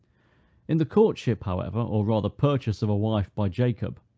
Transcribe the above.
in the courtship, however, or rather purchase of a wife by jacob,